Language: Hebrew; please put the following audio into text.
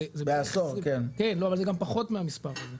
זה גם פחות מהמספר הזה,